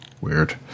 weird